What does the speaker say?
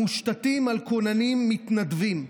המושתתים על כוננים מתנדבים,